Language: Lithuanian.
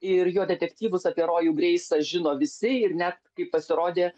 ir jo detektyvus apie rojų greisą žino visi ir net kaip pasirodė